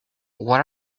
what